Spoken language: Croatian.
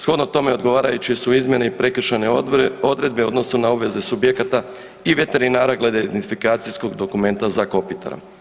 Shodno tome odgovarajuće su izmjene i prekršajne odredbe u odnosu na obveze subjekata i veterinara glede identifikacijskog dokumenta za kopitara.